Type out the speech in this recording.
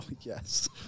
yes